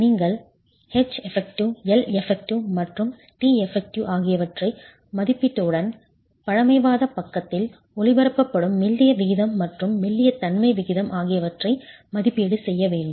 நீங்கள் Heffective Leffective மற்றும் teffective ஆகியவற்றை மதிப்பிட்டவுடன் பழமைவாத பக்கத்தில் ஒளிபரப்பப்படும் மெல்லிய விகிதம் மற்றும் மெல்லிய தன்மை விகிதம் ஆகியவற்றை மதிப்பீடு செய்ய வேண்டும்